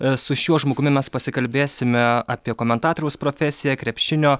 ee su šiuo žmogumi mes pasikalbėsime apie komentatoriaus profesiją krepšinio